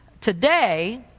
today